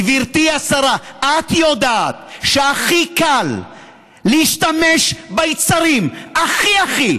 גברתי השרה: את יודעת שהכי קל להשתמש ביצרים הכי הכי,